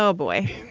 ah boy.